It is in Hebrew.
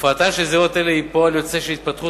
הופעתן של זירות אלה היא פועל יוצא של התפתחות